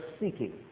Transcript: seeking